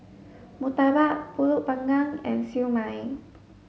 Murtabak Pulut panggang and Siew Mai